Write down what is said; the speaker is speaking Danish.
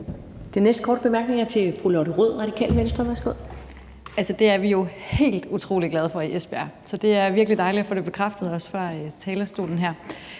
Den næste korte bemærkning er til fru Lotte Rod, Radikale Venstre. Værsgo. Kl. 12:22 Lotte Rod (RV): Altså, det er vi jo helt utrolig glade for i Esbjerg. Så det er virkelig dejligt at få det bekræftet også fra talerstolen her.